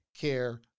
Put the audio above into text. care